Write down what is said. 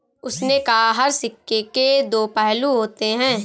उसने कहा हर सिक्के के दो पहलू होते हैं